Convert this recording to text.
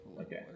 Okay